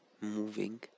moving